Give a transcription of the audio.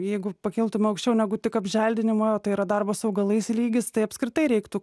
jeigu pakiltume aukščiau negu tik apželdinimo tai yra darbo su augalais lygis tai apskritai reiktų